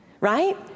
Right